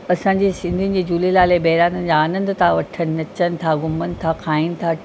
असांजे सिंधियुनि जे झूलेलाल जे बहिराणनि जा आनंद था वठनि नचनि था घुमनि था खाइनि था